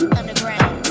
underground